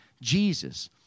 Jesus